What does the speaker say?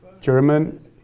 German